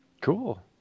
Cool